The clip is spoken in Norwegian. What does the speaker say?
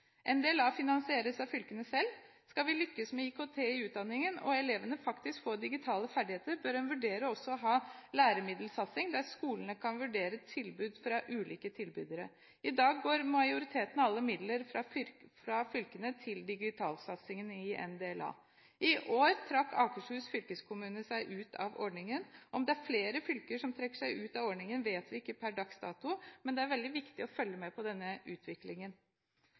En del finansieres av fylkene selv. Skal vi lykkes med IKT i utdanningen, og elevene faktisk få digitale ferdigheter, bør en vurdere å ha også læremiddelsatsing der skolene kan vurdere tilbud fra ulike tilbydere. I dag går majoriteten av alle midler fra fylkene til digitalsatsingen i NDLA. I år trakk Akershus fylkeskommune seg ut av ordningen. Om det er flere fylker som trekker seg ut av ordningen, vet vi ikke per dags dato, men det er veldig viktig å følge med på denne utviklingen.